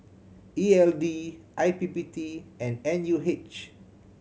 E L D I P P T and N U H